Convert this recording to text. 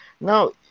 now